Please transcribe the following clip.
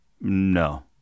no